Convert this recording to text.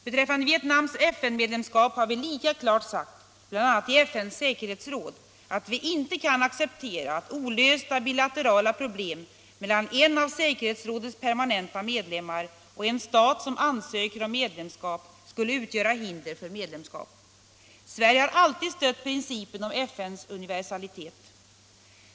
Beträffande Vietnams FN-medlemskap har vi lika klart sagt — bl.a. i FN:s säkerhetsråd — att vi inte kan acceptera att olösta bilaterala problem mellan en av säkerhetsrådets permanenta medlemmar och en stat som ansöker om medlemskap skulle utgöra hinder för medlemskap. Sverige har alltid stött principen om FN:s universalitet.